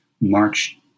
march